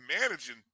managing